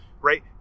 Right